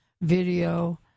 video